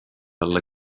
alla